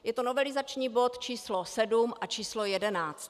Je to novelizační bod číslo 7 a číslo 11.